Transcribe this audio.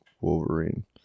Wolverine